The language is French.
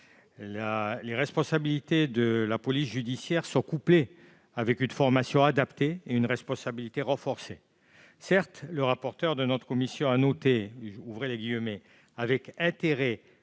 Les responsabilités de la police judiciaire sont en effet couplées à une formation adaptée et à une responsabilité renforcée. Certes, le rapporteur de notre commission a noté « avec intérêt